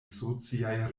sociaj